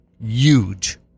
Huge